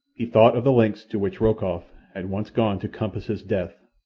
he thought of the lengths to which rokoff had once gone to compass his death,